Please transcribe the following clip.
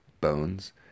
bones